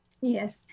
Yes